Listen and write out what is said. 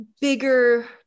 bigger